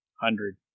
hundred